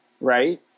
Right